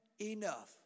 enough